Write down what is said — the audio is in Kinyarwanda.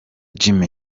jimmy